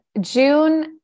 June